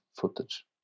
footage